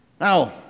Now